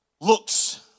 looks